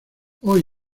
hoy